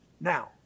Now